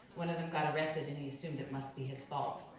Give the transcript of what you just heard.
one of them got arrested and he assumed it must be his fault.